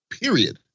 Period